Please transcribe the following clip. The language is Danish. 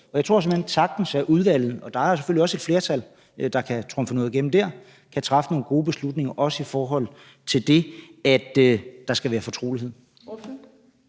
Og jeg tror såmænd sagtens, at udvalget – og der er selvfølgelig også et flertal, der kan trumfe noget igennem der – kan træffe nogle gode beslutninger, også i forhold til at der skal være fortrolighed.